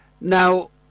Now